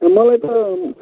मलाई त